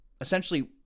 Essentially